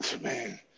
man